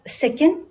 second